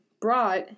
brought